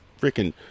freaking